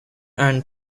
earn